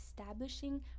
establishing